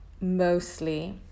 Mostly